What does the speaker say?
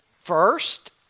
First